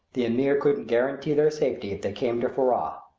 the ameer couldn't guarantee their safety if they came to furrah.